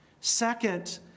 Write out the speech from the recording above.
Second